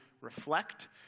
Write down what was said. reflect